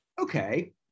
okay